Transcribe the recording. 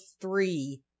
three